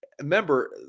remember